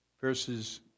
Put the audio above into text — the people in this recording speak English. verses